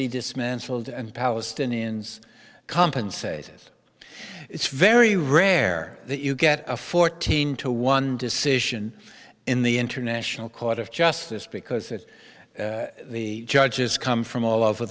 be dismantled and palestinians compensated it's very rare that you get a fourteen to one decision in the international court of justice because that the judges come from all over